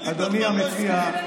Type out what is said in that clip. אדוני המציע,